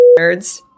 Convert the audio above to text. Nerds